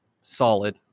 Solid